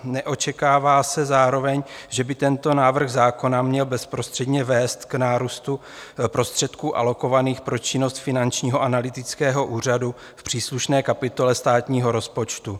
Neočekává se zároveň, že by tento návrh zákona měl bezprostředně vést k nárůstu prostředků alokovaných pro činnost Finančního analytického úřadu v příslušné kapitole státního rozpočtu.